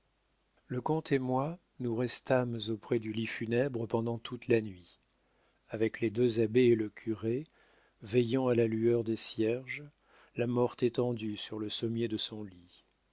le comte et moi nous restâmes auprès du lit funèbre pendant toute la nuit avec les deux abbés et le curé veillant à la lueur des cierges la morte étendue sur le sommier de son lit